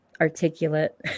articulate